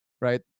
right